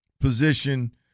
position